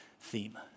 theme